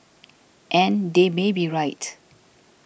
and they may be right